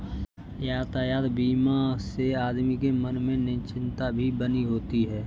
यातायात बीमा से आदमी के मन में निश्चिंतता भी बनी होती है